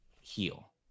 heal